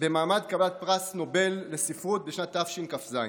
במעמד קבלת פרס נובל לספרות בשנת תשכ"ז.